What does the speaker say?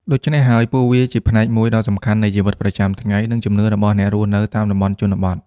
ដូច្នេះហើយ ពួកវាជាផ្នែកមួយដ៏សំខាន់នៃជីវិតប្រចាំថ្ងៃ និងជំនឿរបស់អ្នករស់នៅតាមតំបន់ជនបទ។